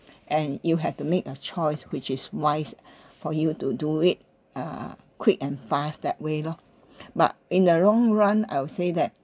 and you have to make a choice which is wise for you to do it uh quick and fast that way loh but in the long run I would say that